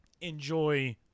enjoy